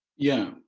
yeah,